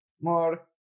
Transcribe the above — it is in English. more